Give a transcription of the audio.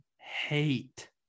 hate